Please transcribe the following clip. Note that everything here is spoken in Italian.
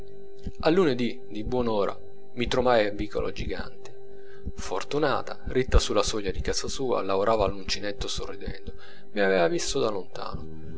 al lunedì di buon'ora mi trovai al vicolo giganti fortunata ritta sulla soglia di casa sua lavorava all'uncinetto sorridendo mi aveva visto da lontano